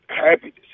happiness